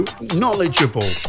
knowledgeable